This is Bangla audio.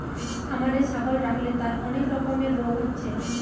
খামারে ছাগল রাখলে তার অনেক রকমের রোগ হচ্ছে